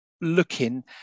looking